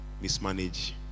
mismanage